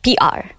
PR